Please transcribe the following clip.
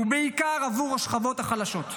ובעיקר עבור השכבות החלשות.